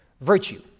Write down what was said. virtue